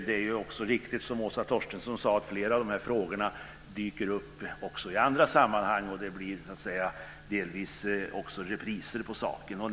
Det är riktigt som Åsa Torstensson sade: Flera av de här frågorna dyker upp också i andra sammanhang, och det blir delvis repriser på olika saker.